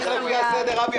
לך לפי הסדר, אבי.